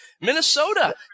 Minnesota